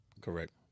Correct